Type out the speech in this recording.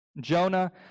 Jonah